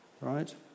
Right